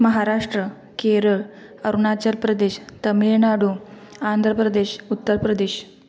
Maharashtra Kerala Arunachal Pradesh Tamil Nadu Andhra Pradesh Uttar Pradesh